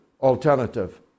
alternative